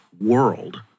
world